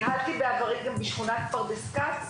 ניהלתי בעברי גם בשכונת פרדס כץ,